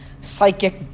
psychic